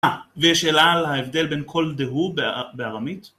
ויש שאלה על ההבדל בין כל דהוא בארמית